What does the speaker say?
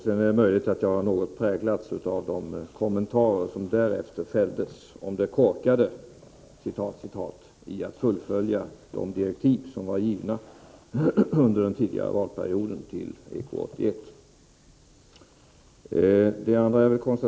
Det är möjligt att jag något har påverkats av de kommentarer som därefter fälldes om det ”korkade” i att fullfölja de direktiv som var givna till EK 81 under den tidigare valperioden.